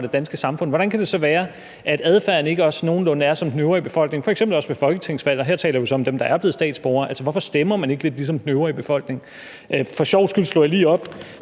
det danske samfund, at adfærden ikke også nogenlunde er som hos den øvrige befolkning, f.eks. også ved folketingsvalg, og her taler vi så om dem, der er blevet statsborgere? Altså, hvorfor stemmer man ikke lidt ligesom den øvrige befolkning? For sjovs skyld slog jeg det lige op: